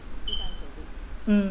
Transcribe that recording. mmhmm